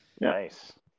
Nice